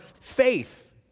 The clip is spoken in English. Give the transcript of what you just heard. faith